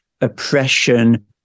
oppression